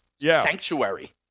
Sanctuary